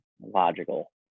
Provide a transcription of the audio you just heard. logical